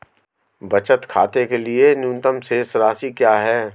बचत खाते के लिए न्यूनतम शेष राशि क्या है?